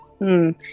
-hmm